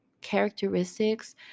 characteristics